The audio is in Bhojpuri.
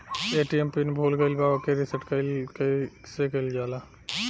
ए.टी.एम पीन भूल गईल पर ओके रीसेट कइसे कइल जाला?